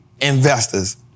investors